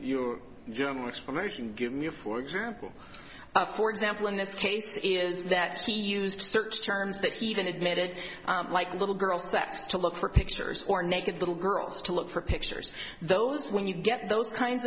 asian give me a for example for example in this case is that she used to search terms that he even admitted like little girls sex to look for pictures or naked little girls to look for pictures those when you get those kinds